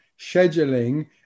scheduling